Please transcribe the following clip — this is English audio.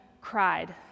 cried